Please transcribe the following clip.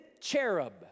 cherub